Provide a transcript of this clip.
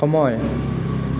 সময়